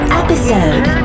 episode